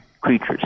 creatures